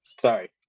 Sorry